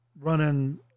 running